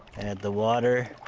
the water